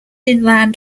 inland